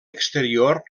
exterior